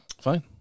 Fine